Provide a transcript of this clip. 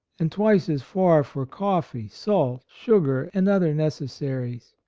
and twice as far for coffee, salt, sugar, and other necessaries.